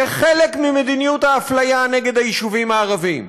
כחלק ממדיניות האפליה נגד היישובים הערביים,